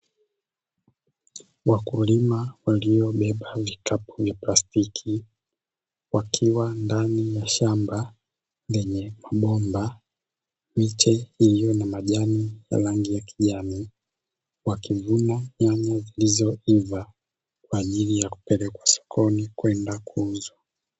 Wakulima waliobeba vikapu vya plastiki, wakiwa ndani ya shamba lenye mabomba, miche iliyo na majani ya rangi ya kijani; wakivuna nyanya zilizoiva kwa ajili ya kupelekwa sokoni kwenda kuuzwa .